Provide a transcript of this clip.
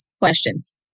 questions